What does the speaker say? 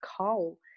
coal